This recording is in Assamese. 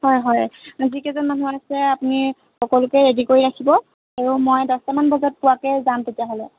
হয় হয় যিকেইজন মানুহ আছে আপুনি সকলোকে ৰেডি কৰি ৰাখিব আৰু মই দহটামান বজাত পোৱাকৈ যাম তেতিয়াহ'লে